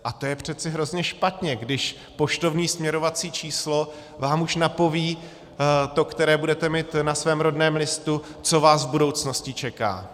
A to je přece hrozně špatně, když poštovní směrovací číslo vám už napoví, to, které budete mít na svém rodném listu, co vás v budoucnosti čeká.